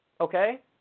okay